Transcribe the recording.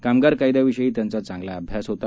कामगार कायद्याविषयी त्यांचा चांगला अभ्यास होता